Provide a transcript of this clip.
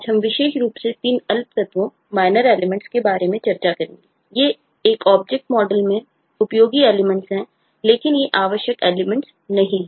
ये एक object model में उपयोगी एलिमेंट्स नहीं हैं